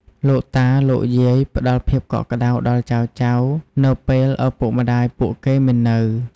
លោកតា លោកយាយផ្ដល់ភាពកក់ក្ដៅដល់ចៅៗ នៅពេលឪពុកម្ដាយពួកគេមិននៅ។